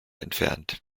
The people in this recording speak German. entfernt